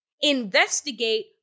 Investigate